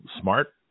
smart